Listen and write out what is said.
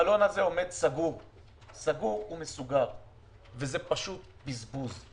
המלון הזה עומד סגור ומסוגר וזה פשוט בזבוז.